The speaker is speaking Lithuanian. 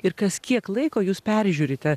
ir kas kiek laiko jūs peržiūrite